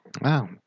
wow